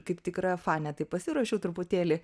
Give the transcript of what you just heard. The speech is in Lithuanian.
kaip tikra fanė tai pasiruošiau truputėlį